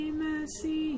mercy